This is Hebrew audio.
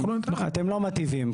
אתם לא מטיבים.